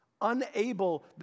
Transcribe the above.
unable